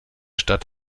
stadt